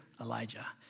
Elijah